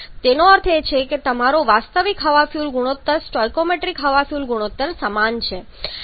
તેનો અર્થ એ છે કે તમારો વાસ્તવિક હવા ફ્યુઅલ ગુણોત્તર સ્ટોઇકિયોમેટ્રિક હવા ફ્યુઅલ ગુણોત્તર સમાન છે